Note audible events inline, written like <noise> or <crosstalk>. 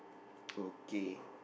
<noise> okay